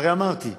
הרי אמרתי.